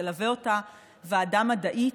תלווה אותה ועדה מדעית.